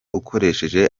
ukoresheje